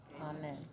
Amen